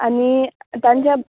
आनी तांच्या